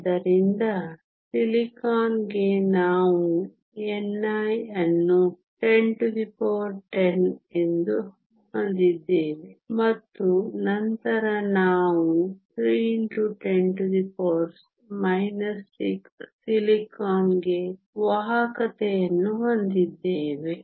ಆದ್ದರಿಂದ ಸಿಲಿಕಾನ್ಗೆ ನಾವು ni ಅನ್ನು 1010 ಎಂದು ಹೊಂದಿದ್ದೇವೆ ಮತ್ತು ನಂತರ ನಾವು 3x10 6 ಸಿಲಿಕಾನ್ಗೆ ವಾಹಕತೆಯನ್ನು ಹೊಂದಿದ್ದೇವೆ